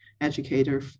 educator